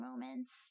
moments